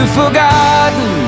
forgotten